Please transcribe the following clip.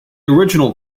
original